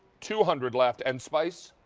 two hundred left and spice?